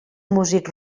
músic